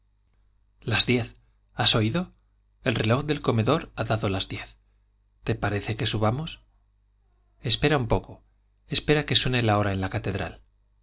las diez has oído el reloj del comedor ha dado las diez te parece que subamos espera un poco espera que suene la hora en la catedral